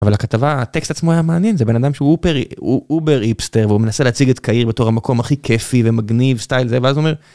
אבל הכתבה הטקסט עצמו היה מעניין זה בן אדם שהוא אובר הוא אובר היפסטר הוא מנסה להציג את קהיר בתור המקום הכי כיפי ומגניב סטייל זה ואז הוא אומר